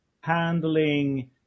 handling